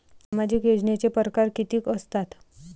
सामाजिक योजनेचे परकार कितीक असतात?